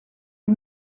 les